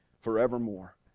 forevermore